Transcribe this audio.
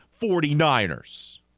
49ers